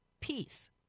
peace